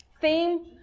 theme